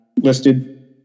listed